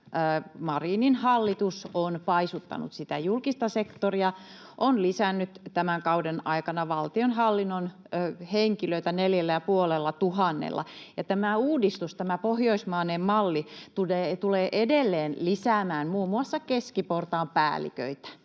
Marinin hallitus on paisuttanut julkista sektoria, on lisännyt tämän kauden aikana valtionhallinnon henkilöitä 4 500:lla. Tämä uudistus, tämä pohjoismainen malli, tulee edelleen lisäämään muun muassa keskiportaan päälliköitä,